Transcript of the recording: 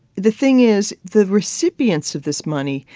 the thing is, the recipients of this money,